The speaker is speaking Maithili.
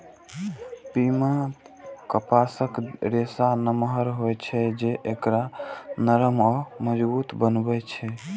पीमा कपासक रेशा नमहर होइ छै, जे एकरा नरम आ मजबूत बनबै छै